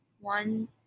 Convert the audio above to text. one